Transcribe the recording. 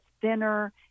thinner